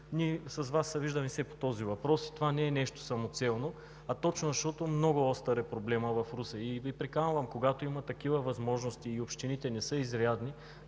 Ние с Вас се виждаме все по този въпрос, и това не е нещо самоцелно, а точно защото проблемът в Русе е много остър. И Ви приканвам, когато има такива възможности и общините не са изрядни,